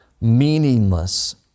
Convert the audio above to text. meaningless